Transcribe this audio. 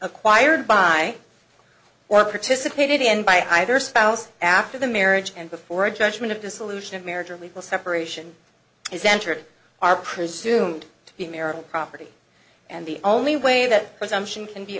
acquired by or participated in by either spouse after the marriage and before a judgment of dissolution of marriage or a legal separation is entered are presumed to be marital property and the only way that presumption can be